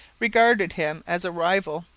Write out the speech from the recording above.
regarded him as a rival,